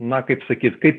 na kaip sakyt kaip